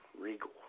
Regal